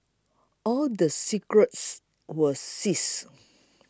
all the cigarettes were seized